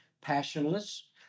passionless